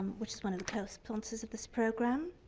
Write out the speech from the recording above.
which is one of the co sponsors of this program.